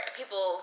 people